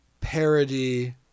parody